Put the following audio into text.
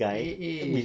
eh eh